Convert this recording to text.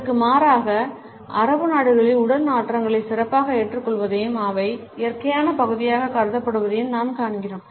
இதற்கு மாறாக அரபு நாடுகளில் உடல் நாற்றங்களை சிறப்பாக ஏற்றுக்கொள்வதையும் அவை இயற்கையான பகுதியாகக் கருதப்படுவதையும் நாம் காண்கிறோம்